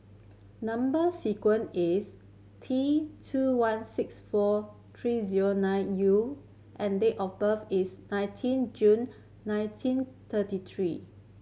number sequence is T two one six four three zero nine U and date of birth is nineteen June nineteen thirty three